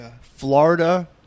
Florida